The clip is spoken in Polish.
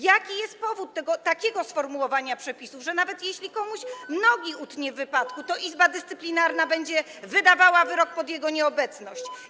Jaki jest powód takiego sformułowania przepisów, że nawet jeśli komuś nogi utnie w wypadku, to Izba Dyscyplinarna będzie wydawała wyrok pod jego nieobecność?